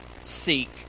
seek